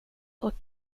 och